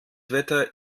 wetter